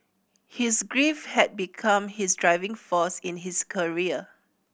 his grief had become his driving force in his career